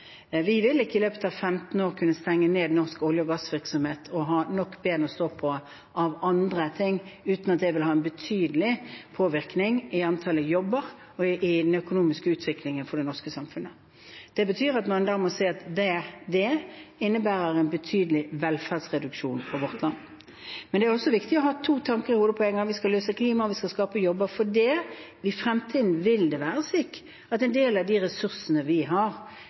Vi vil ikke i løpet av 15 år kunne stenge ned norsk olje- og gassvirksomhet og ha nok andre ben å stå på, uten at det vil ha en betydelig påvirkning på antallet jobber og på den økonomiske utviklingen for det norske samfunnet. Det betyr at man må si at det innebærer en betydelig velferdsreduksjon for vårt land. Men det er også viktig å ha to tanker i hodet på en gang. Vi skal løse klimaspørsmålet, og vi skal skape jobber, for i fremtiden vil det være slik at en del av de ressursene vi har,